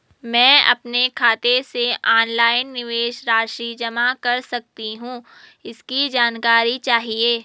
मैं अपने खाते से ऑनलाइन निवेश राशि जमा कर सकती हूँ इसकी जानकारी चाहिए?